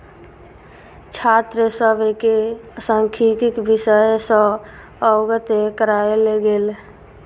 छात्र सभ के सांख्यिकी विषय सॅ अवगत करायल गेल